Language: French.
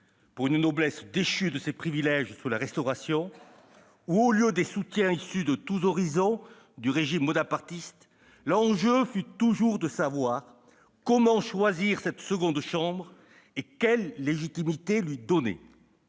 pour une noblesse déchue de ses privilèges sous la Restauration, tantôt haut lieu des soutiens issus de tous horizons du régime bonapartiste, l'enjeu fut toujours de savoir comment choisir cette seconde chambre et quelle légitimité lui donner.